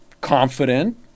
confident